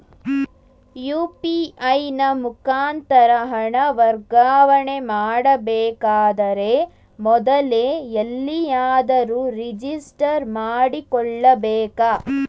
UPI ನ ಮುಖಾಂತರ ಹಣ ವರ್ಗಾವಣೆ ಮಾಡಬೇಕಾದರೆ ಮೊದಲೇ ಎಲ್ಲಿಯಾದರೂ ರಿಜಿಸ್ಟರ್ ಮಾಡಿಕೊಳ್ಳಬೇಕಾ?